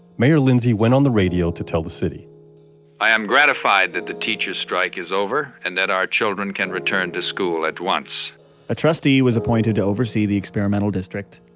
mayor lindsay went on the radio to tell the city i am gratified that the teachers strike is over and that our children can return to school at once a trustee was appointed to oversee the experimental district.